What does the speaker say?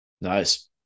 Nice